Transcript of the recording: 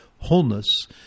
wholeness